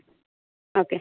okay